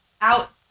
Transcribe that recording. out